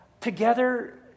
Together